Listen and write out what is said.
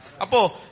Apo